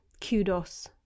kudos